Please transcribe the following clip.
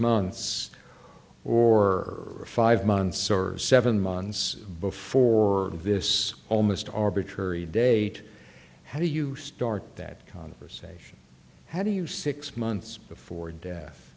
months or five months or seven months before this almost arbitrary date how do you start that conversation how do you six months before death